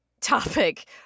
topic